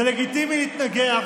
זה לגיטימי להתנגח.